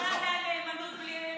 בהתחלה זה היה "בלי נאמנות אין אזרחות".